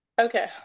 Okay